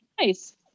Nice